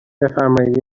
بفرمایید